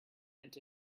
into